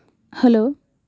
hello